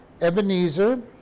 Ebenezer